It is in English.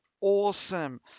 awesome